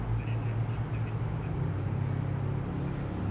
but then like if you cut that to one quarter it's already like